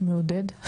מעודד.